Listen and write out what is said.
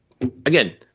Again